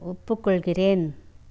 ஒப்புக்கொள்கிறேன்